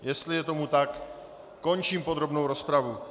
Jestli je tomu tak, končím podrobnou rozpravu.